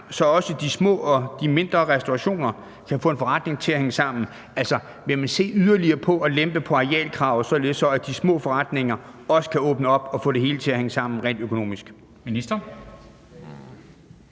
så også de små og mindre restaurationer kan få en forretning til at hænge sammen? Altså, vil man se yderligere på at lempe på arealkravet, således at de små forretninger også kan åbne op og få det hele til at hænge sammen rent økonomisk?